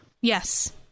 Yes